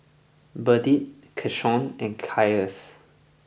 Burdette Keshaun and Cassius